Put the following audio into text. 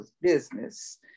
business